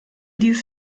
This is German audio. dies